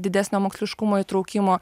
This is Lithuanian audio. didesnio moksliškumo įtraukimo